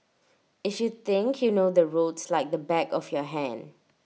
if you think you know the roads like the back of your hand